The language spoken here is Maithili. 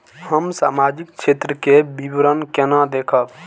हम सामाजिक क्षेत्र के विवरण केना देखब?